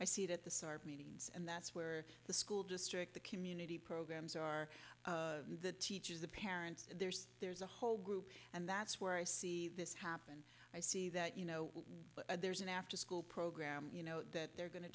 i see it at the meetings and that's where the school district the community programs are the teachers the parents there's there's a whole group and that's where i see this happen i see that you know there's an afterschool program you know that they're going to